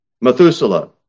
Methuselah